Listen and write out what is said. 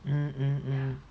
mm mm mm